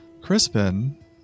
Crispin